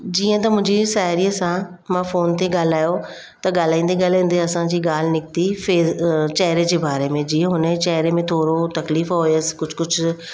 जीअं त मुंहिंजी साहिड़ीअ सां मां फोन ते ॻाल्हायो त ॻाल्हाईंदे ॻाल्हाईंदे असांजी ॻाल्हि निकिती फे चहिरे जे बारे में जीअं हुन जे चहिरे में थोरो तकलीफ़ु हुअसि कुझु कुझु